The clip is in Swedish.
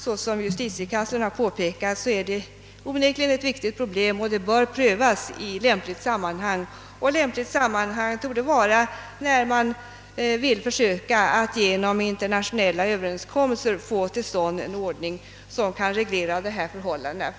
Såsom justitiekanslern påpekat är detta onekligen ett viktigt problem, som bör prövas i lämpligt sammanhang vilket torde vara att försöka genom internationella överenskommelser få till stånd en ordning som kan reglera dessa förhållanden.